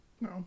No